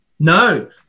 No